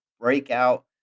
breakout